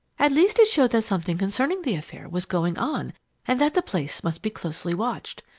at least it showed that something concerning the affair was going on and that the place must be closely watched.